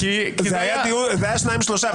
זה היה שניים-שלושה דיונים,